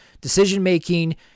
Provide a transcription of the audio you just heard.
decision-making